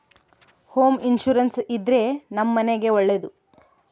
home insurance ಇದ್ರೆ ನಮ್ ಮನೆಗ್ ಒಳ್ಳೇದು